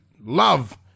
love